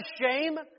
shame